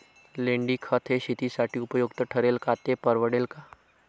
लेंडीखत हे शेतीसाठी उपयुक्त ठरेल का, ते परवडेल का?